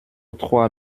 trois